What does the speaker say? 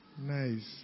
Nice